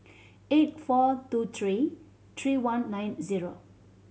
eight four two three three one nine zero